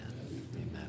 Amen